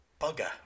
Bugger